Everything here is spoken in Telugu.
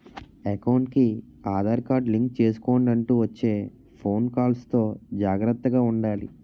ఎకౌంటుకి ఆదార్ కార్డు లింకు చేసుకొండంటూ వచ్చే ఫోను కాల్స్ తో జాగర్తగా ఉండాలి